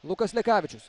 lukas lekavičius